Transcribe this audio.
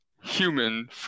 human